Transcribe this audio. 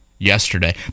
Yesterday